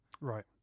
right